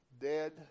dead